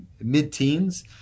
mid-teens